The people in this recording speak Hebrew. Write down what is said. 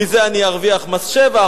מזה אני ארוויח מס שבח,